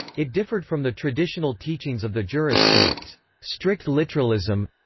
it differed from the traditional teachings of the jurists in its strict literalism.